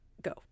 go